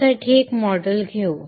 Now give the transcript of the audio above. त्यासाठी एक मॉडेल घेऊ